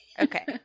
Okay